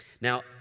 Now